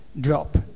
drop